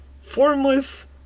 formless